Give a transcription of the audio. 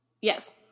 Yes